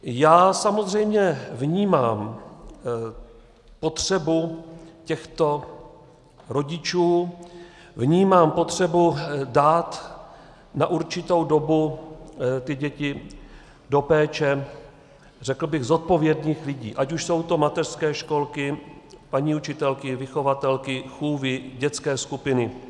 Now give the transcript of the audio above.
Já samozřejmě vnímám potřebu těchto rodičů, vnímám potřebu dát na určitou dobu děti do péče, řekl bych, zodpovědných lidí, ať už jsou to mateřské školky, paní učitelky, vychovatelky, chůvy, dětské skupiny.